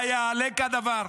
היעלה כדבר?